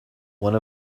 one